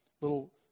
little